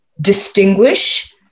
distinguish